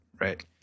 right